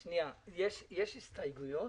יש הסתייגויות?